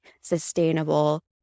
sustainable